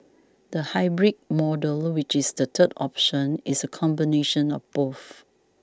the hybrid model which is the third option is a combination of both